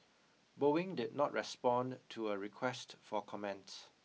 Boeing did not respond to a request for comment